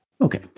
Okay